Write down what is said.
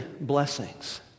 blessings